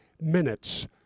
minutes